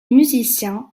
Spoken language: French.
musiciens